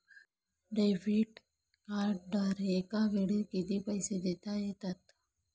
Debit कार्डद्वारे एकावेळी किती पैसे देता येतात?